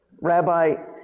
Rabbi